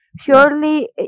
surely